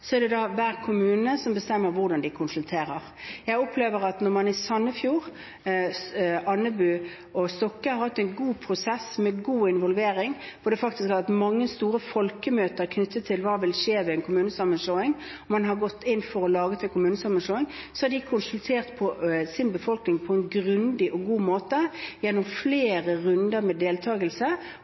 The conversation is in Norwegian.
er det hver enkelt kommune som bestemmer hvordan de konsulterer. Jeg opplever at når man i Sandefjord, Andebu og Stokke har hatt en god prosess med god involvering, hvor det faktisk har vært mange store folkemøter knyttet til hva som vil skje ved en kommunesammenslåing, og man har gått inn for en kommunesammenslåing, har man konsultert sin befolkning på en grundig og god måte gjennom flere runder med deltakelse,